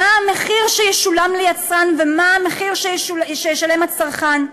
מה המחיר שישולם ליצרן ומה המחיר שישלם הצרכן,